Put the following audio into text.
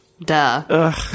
Duh